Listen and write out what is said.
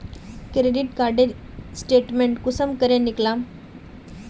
Credit कार्डेर statement कुंसम करे निकलाम?